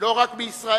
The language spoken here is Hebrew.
לא רק בישראל